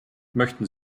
möchten